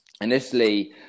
initially